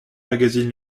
magazines